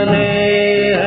a